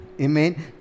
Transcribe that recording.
Amen